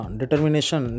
determination